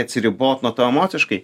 atsiribot nuo to emociškai